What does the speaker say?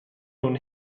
nun